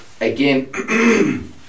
Again